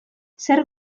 zer